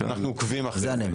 אנחנו עוקבים אחרי זה.